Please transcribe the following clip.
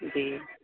جی